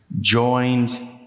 joined